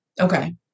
Okay